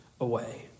away